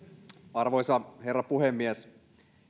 arvoisa herra puhemies